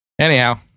anyhow